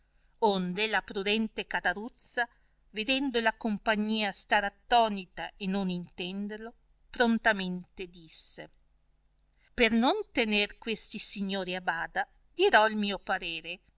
onde la prudente cataruzza vedendo la compagnia star attonita e non intenderlo prontamente disse per non tener questi signori a bada dirò il mio parere